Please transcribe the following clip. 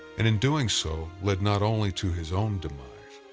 and in doing so, led not only to his own demise,